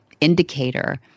indicator